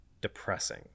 Depressing